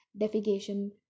defecation